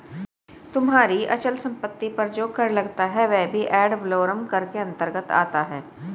तुम्हारी अचल संपत्ति पर जो कर लगता है वह भी एड वलोरम कर के अंतर्गत आता है